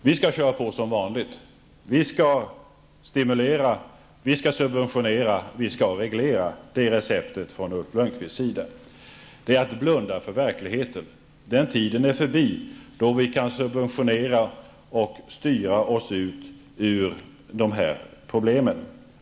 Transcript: Vi skall tydligen köra på som vanligt, stimulera, subventionera och reglera. Det är Ulf Lönnqvists recept. Det är att blunda för verkligheten. Den tiden är förbi då vi kunde subventionera och styra oss ut ur dessa problem.